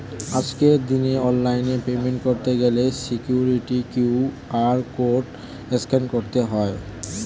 আজকের দিনে অনলাইনে পেমেন্ট করতে গেলে সিকিউরিটি কিউ.আর কোড স্ক্যান করতে হয়